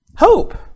hope